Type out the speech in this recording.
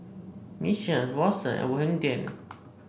Mission Watsons and Hang Ten